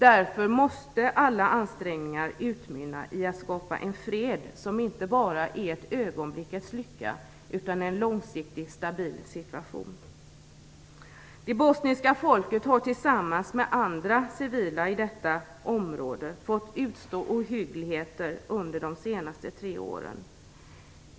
Därför måste alla ansträngningar utmynna i att skapa en fred som inte bara är en ögonblickets lycka utan en långsiktigt stabil situation. Det bosniska folket har tillsammans med andra civila i detta område fått utstå ohyggligheter under de senaste tre åren.